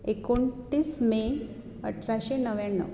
एकोणतीस मे अठराशें णव्याण्णव